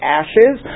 ashes